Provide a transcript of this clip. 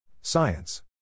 Science